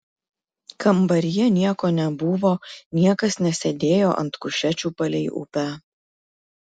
kambaryje nieko nebuvo niekas nesėdėjo ant kušečių palei upę